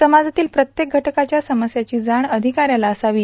समाजातील प्रत्येक घटकांच्या समस्यांची जाण अधिकाऱ्याला असावी